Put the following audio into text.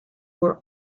were